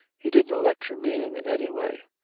he didn't lecture me in any way.